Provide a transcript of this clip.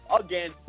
Again